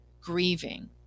grieving